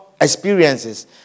experiences